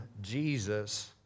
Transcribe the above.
Jesus